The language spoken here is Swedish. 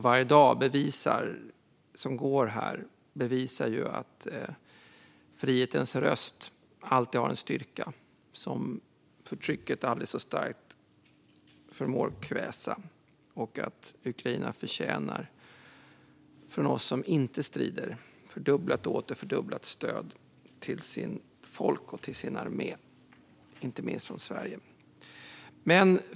Varje dag som går bevisar att frihetens röst alltid har en styrka som ett aldrig så starkt förtryck inte förmår kväsa och att Ukraina förtjänar fördubblat och åter fördubblat stöd till sitt folk och sin armé från oss som inte strider, inte minst från Sverige.